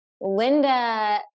Linda